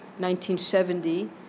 1970